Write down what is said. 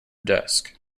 desk